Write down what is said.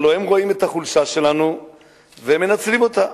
הלוא הם רואים את החולשה שלנו והם מנצלים אותה.